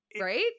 right